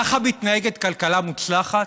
ככה מתנהגת כלכלה מוצלחת?